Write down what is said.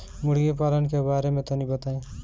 मुर्गी पालन के बारे में तनी बताई?